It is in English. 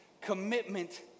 commitment